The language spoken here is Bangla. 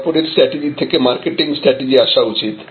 কর্পোরেট স্ট্রাটেজি থেকে মার্কেটিং স্ট্র্যাটেজি আসা উচিত